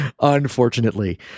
unfortunately